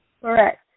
Correct